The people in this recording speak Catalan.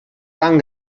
tan